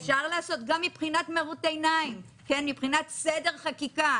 אפשר לעשות גם מבחינת נראות, מבחינת סדר חקיקה.